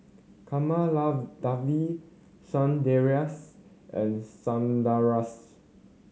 Kamaladevi Sundaresh and Sundaraiah